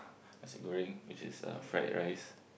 nasi-goreng which is uh fried rice